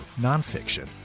nonfiction